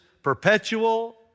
Perpetual